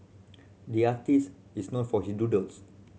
the artist is known for his doodles